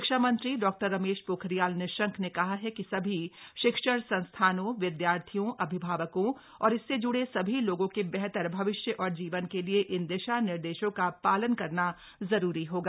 शिक्षामंत्री डॉक्टर रमेश पोखरियाल निशंक ने कहा है कि सभी शिक्षण संस्थानों विद्यार्थियों अभिभावकों और इससे ज्ड़े सभी लोगों के बेहतर भविष्य और जीवन के लिए इन दिशा निर्देशों का पालन करना जरूरी होगा